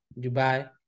Dubai